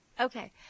Okay